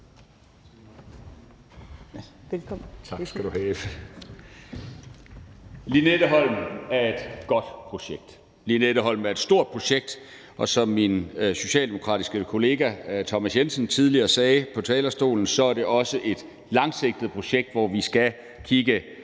Lynetteholmen er et godt projekt, Lynetteholmen er et stort projekt, og som min socialdemokratiske kollega Thomas Jensen tidligere sagde på talerstolen, er det også et langsigtet projekt, hvor vi skal kigge